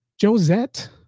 Josette